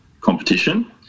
competition